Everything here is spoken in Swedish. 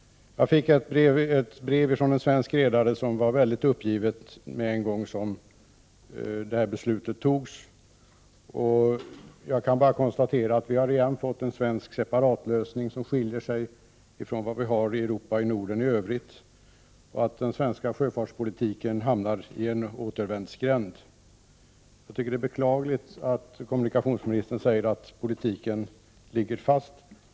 Jag fick omedelbart efter att detta beslut fattats ett mycket uppgivet brev från en svensk redare. Jag kan bara konstatera att vi har fått en svensk separatlösning som skiljer sig från vad som gäller i Europa och i Norden i Övrigt, och att den svenska sjöfartspolitiken hamnar i en återvändsgränd. Jag tycker att det är beklagligt att kommunikationsministern säger att politiken ligger fast.